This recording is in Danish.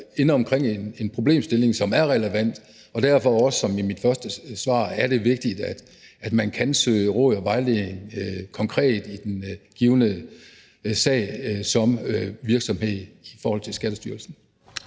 inde omkring en problemstilling, som er relevant. Og derfor er det også vigtigt, som jeg sagde i mit første svar, at man kan søge råd og vejledning konkret i den givne sag som virksomhed i forhold til Skattestyrelsen.